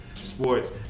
sports